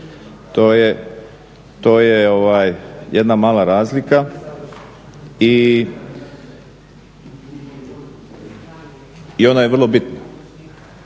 To je jedna mala razlika i ona je vrlo bitna.